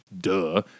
duh